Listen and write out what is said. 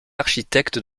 architecte